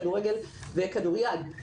כדורגל וכדוריד.